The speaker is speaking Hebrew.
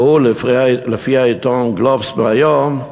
והוא, לפי העיתון "גלובס" מהיום,